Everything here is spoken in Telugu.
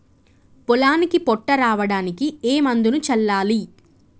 పొలానికి పొట్ట రావడానికి ఏ మందును చల్లాలి?